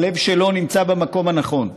הלב שלו נמצא במקום הנכון.